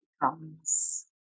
comes